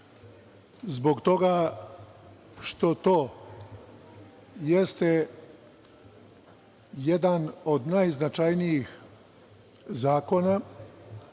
zbog toga što to jeste jedan od najznačajnijih zakona,